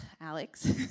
Alex